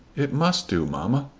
it must do, mamma.